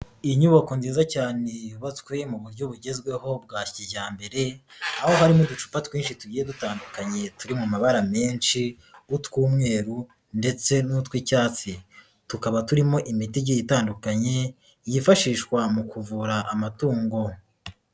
Inyubako nziza cyane yubatswe mu buryo bugezweho bwa kijyambere, aho harimo uducupa twinshi tugiye dutandukanye turi mu mabara menshi, utw'umweru ndetse n'utw'icyatsi. Tukaba turimo imiti igiye itandukanye yifashishwa mu kuvura amatungo.